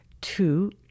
Two